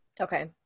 Okay